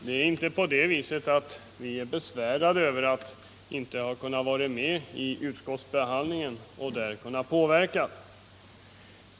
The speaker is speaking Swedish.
Herr talman! Nej, det är inte på det sättet att vi är besvärade över att inte ha kunnat vara med i utskottsbehandlingen och påverka den.